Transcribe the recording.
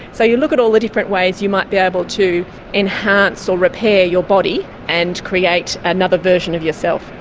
so you look at all the different ways you might be able to enhance or repair your body and create another version of yourself.